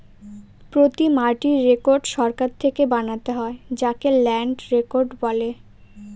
প্রতি মাটির রেকর্ড সরকার থেকে বানাতে হয় যাকে ল্যান্ড রেকর্ড বলে